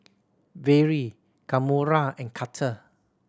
Vere Kamora and Carter